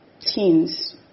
Teens